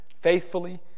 Faithfully